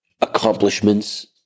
accomplishments